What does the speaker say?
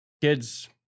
kids